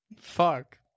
Fuck